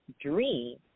dream